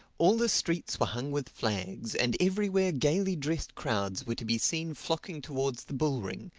all the streets were hung with flags and everywhere gaily dressed crowds were to be seen flocking towards the bull-ring,